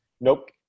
Nope